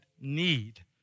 need